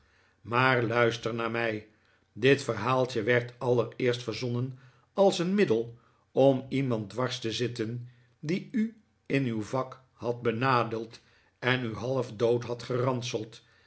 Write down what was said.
maar luister naar mij dit verhaaltje werd allereerst verzonnen als een middel om iemand dwars te zitten die u in uw vak had benadeeld en u half dood had geranseld